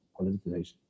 politicization